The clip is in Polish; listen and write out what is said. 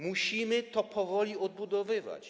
Musimy to powoli odbudowywać.